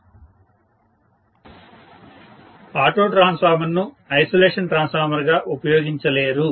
professor auto ట్రాన్స్ఫార్మర్ను isolation ట్రాన్స్ఫార్మర్గా ఉపయోగించలేరు